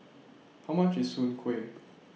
How much IS Soon Kway